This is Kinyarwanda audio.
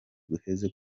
guheze